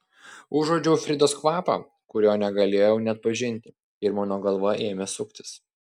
užuodžiau fridos kvapą kurio negalėjau neatpažinti ir mano galva ėmė suktis